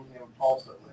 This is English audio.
impulsively